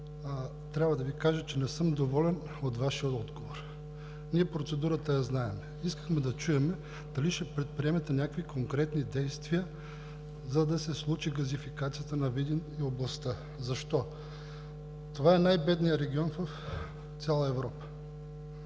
трябва да Ви кажа, че не съм доволен от Вашия отговор. Ние процедурата я знаем. Искахме да чуем дали ще предприемете някакви конкретни действия, за да се случи газификацията на Видин и областта. Защо? Това е най-бедният регион в цяла Европа.